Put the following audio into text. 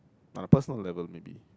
on a personal level maybe